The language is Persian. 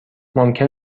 ممکن